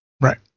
Right